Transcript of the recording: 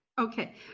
Okay